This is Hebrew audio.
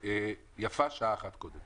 ויפה שעה אחת קודם.